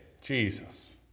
Jesus